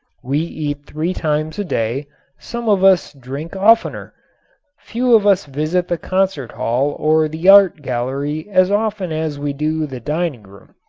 we eat three times a day some of us drink oftener few of us visit the concert hall or the art gallery as often as we do the dining room.